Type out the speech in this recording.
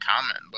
comment